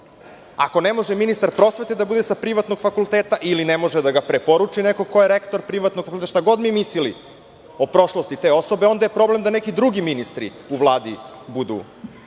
Ako ne može ministar prosvete da bude sa privatnog fakulteta ili ne može da ga preporuči neko ko je rektor privatnog fakulteta, šta god mi mislili o prošlosti te osobe, onda je problem da neki drugi ministri u Vladi budu